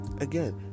again